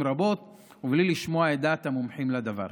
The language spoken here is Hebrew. רבות ובלי לשמוע את דעת המומחים לדבר.